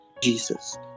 jesus